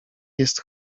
jest